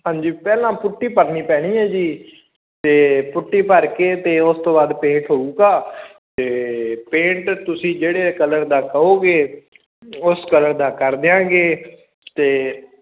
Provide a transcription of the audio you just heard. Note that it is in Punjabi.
ਹਾਂਜੀ ਪਹਿਲਾਂ ਪੁੱਟੀ ਭਰਨੀ ਪੈਣੀ ਹੈ ਜੀ ਅਤੇ ਪੁੱਟੀ ਭਰ ਕੇ ਅਤੇ ਉਸ ਤੋਂ ਬਾਅਦ ਪੇਂਟ ਹੋਵੇਗਾ ਅਤੇ ਪੇਂਟ ਤੁਸੀਂ ਜਿਹੜੇ ਕਲਰ ਦਾ ਕਹੋਗੇ ਉਸ ਕਲਰ ਦਾ ਕਰ ਦਿਆਂਗੇ ਅਤੇ